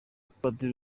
padiri